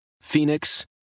Phoenix